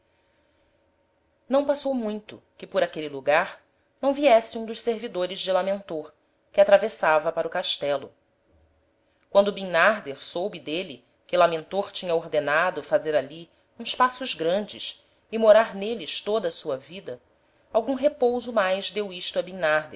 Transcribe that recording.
não passou muito que por aquele lugar não viesse um dos servidores de lamentor que atravessava para o castelo quando bimnarder soube d'êle que lamentor tinha ordenado fazer ali uns paços grandes e morar n'êles toda a sua vida algum repouso mais deu